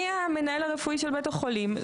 אני המנהל הרפואי של בית החולים,